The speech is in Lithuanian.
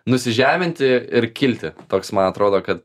nusižeminti ir kilti toks man atrodo kad